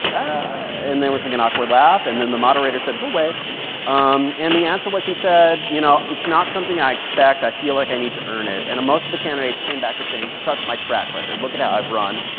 and there was, like, an awkward laugh, and then the moderator said, we'll wait. um and the answer was he said, you know, it's not something i expect. i feel like i need to earn it and most of the candidates came back to saying, trust my track record. look at how i've run.